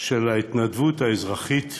של ההתנדבות האזרחית,